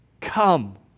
come